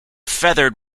feathered